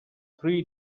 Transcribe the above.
three